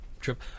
trip